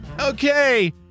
Okay